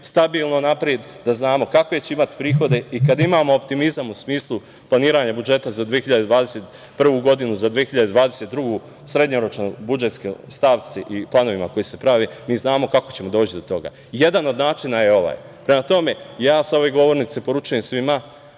stabilno napred, da znamo kakve će imati prihode. Kada imamo optimizam u smislu planiranja budžeta za 2021. godinu, za 2022. godinu, srednjoročnoj budžetskoj stavci i planovima koji se prave, mi znamo kako ćemo doći do toga. Jedan od načina je ovaj. Prema tome, sa ove govornice poručujem svima,